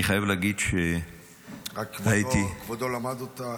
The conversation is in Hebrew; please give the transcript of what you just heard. אני חייב להגיד שהייתי --- רק כבודו למד אותה?